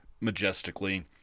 majestically